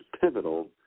pivotal